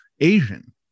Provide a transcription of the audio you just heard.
Asian